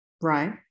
right